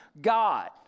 God